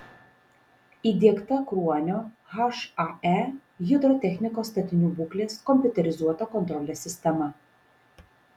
įdiegta kruonio hae hidrotechnikos statinių būklės kompiuterizuota kontrolės sistema